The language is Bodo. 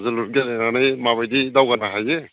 जोलुर गेलेनानै मा बायदि दावगानो हायो